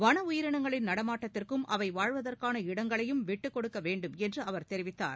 வன உயிரினங்களின் நடமாட்டத்திற்கும் அவை வாழ்வதற்கான இடங்களையும் விட்டுக் கொடுக்க வேண்டும் என்று அவர் தெரிவித்தார்